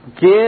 Give